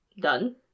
done